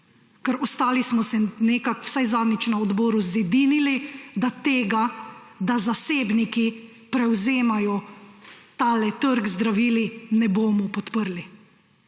Ker ostali smo se vsaj zadnjič na odboru zedinili, da tega, da zasebniki prevzemajo tale trg z zdravili, ne bomo podprli.